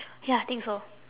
ya I think so